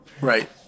Right